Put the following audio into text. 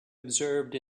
observed